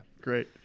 Great